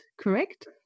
correct